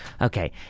Okay